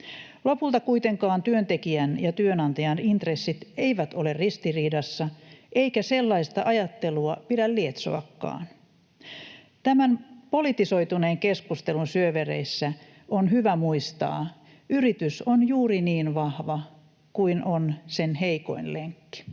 Lopulta kuitenkaan työntekijän ja työnantajan intressit eivät ole ristiriidassa, eikä sellaista ajattelua pidä lietsoakaan. Tämän politisoituneen keskustelun syövereissä on hyvä muistaa, että yritys on juuri niin vahva kuin on sen heikoin lenkki.